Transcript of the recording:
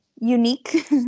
unique